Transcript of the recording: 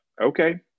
Okay